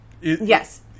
yes